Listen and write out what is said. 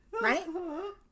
right